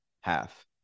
half